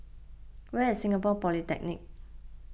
where is Singapore Polytechnic